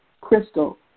Crystal